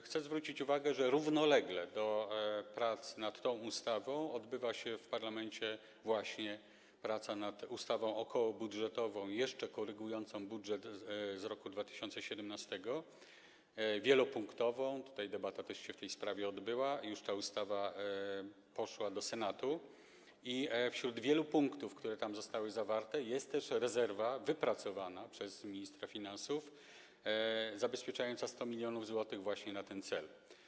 Chcę zwrócić uwagę, że równolegle do prac nad tą ustawą toczy się w parlamencie praca nad ustawą okołobudżetową, jeszcze korygującą budżet z roku 2017, wielopunktową - debata też się w tej sprawie odbyła, już ta ustawa poszła do Senatu - i wśród wielu punktów, które tam zostały zawarte, jest też ujęta rezerwa wypracowana przez ministra finansów zapewniająca 100 mln zł właśnie na ten cel.